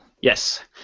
Yes